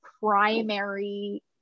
primary